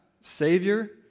Savior